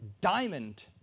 diamond